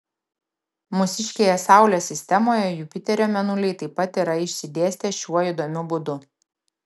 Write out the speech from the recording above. mūsiškėje saulės sistemoje jupiterio mėnuliai taip pat yra išsidėstę šiuo įdomiu būdu